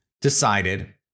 decided